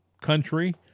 country—